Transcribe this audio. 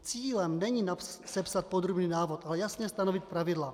Cílem není sepsat podrobný návod, ale jasně stanovit pravidla.